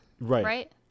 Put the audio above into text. Right